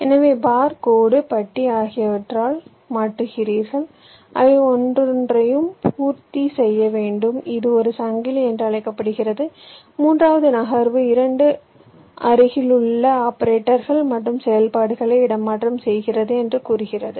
எனவே பார் கோடு பட்டி ஆகியவற்றால் மாற்றுவீர்கள் அவை ஒவ்வொன்றையும் பூர்த்தி செய்ய வேண்டும் இது ஒரு சங்கிலி என்று அழைக்கப்படுகிறது மூன்றாவது நகர்வு இரண்டு அருகிலுள்ள ஆபரேட்டர்கள் மற்றும் செயல்பாடுகளை இடமாற்றம் செய்கிறது என்று கூறுகிறது